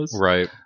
right